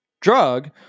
drug